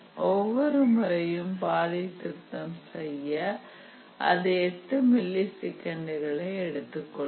ஒவ்வொரு முறையும் பாதை திருத்தம் செய்ய அது 8 மில்லி செகண்ட் களை எடுத்துக் கொள்ளும்